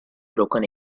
broken